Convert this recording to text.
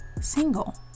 single